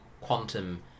quantum